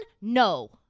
No